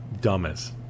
Dumbest